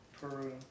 Peru